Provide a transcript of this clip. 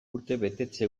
urtebetetze